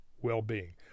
well-being